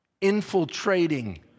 infiltrating